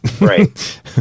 Right